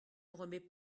remet